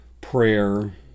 prayer